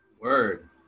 Word